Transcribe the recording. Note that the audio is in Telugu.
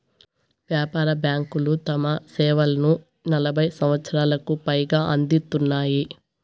వ్యాపార బ్యాంకులు తమ సేవలను నలభై సంవచ్చరాలకు పైగా అందిత్తున్నాయి